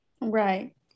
Right